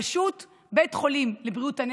פשוט בית חולים לבריאות הנפש,